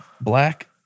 Black